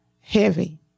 heavy